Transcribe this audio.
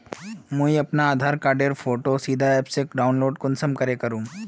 मुई अपना आधार कार्ड खानेर फोटो सीधे ऐप से डाउनलोड कुंसम करे करूम?